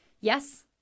Yes